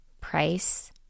price